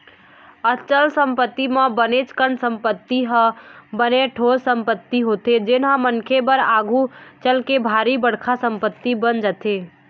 अचल संपत्ति म बनेच कन संपत्ति ह बने ठोस संपत्ति होथे जेनहा मनखे बर आघु चलके भारी बड़का संपत्ति बन जाथे